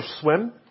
swim